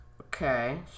Okay